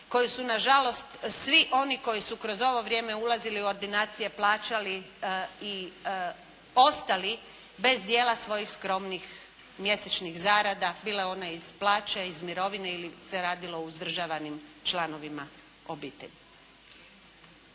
koju su na žalost svi oni koji su kroz vrijeme ulazili u ordinacije plaćali i ostali bez dijela svojih skromnih mjesečnih zarada, bile one iz plaća, iz mirovine ili se radilo o uzdržavanim članovima obitelji.